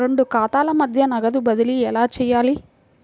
రెండు ఖాతాల మధ్య నగదు బదిలీ ఎలా చేయాలి?